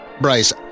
Bryce